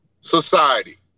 society